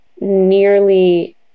nearly